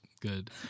good